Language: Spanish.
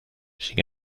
sin